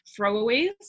throwaways